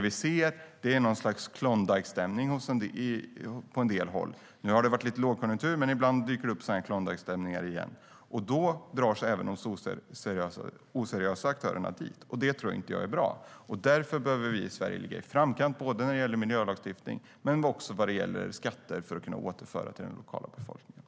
Vi ser dock någon sorts Klondikestämning på en del håll. Nu har det varit lite lågkonjunktur, men ibland dyker det upp sådana Klondikestämningar. Då dras även de oseriösa aktörerna dit. Det är inte bra. Därför behöver vi i Sverige ligga i framkant, både när det gäller miljölagstiftning och skatter för att kunna återföra till den lokala befolkningen.